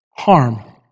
harm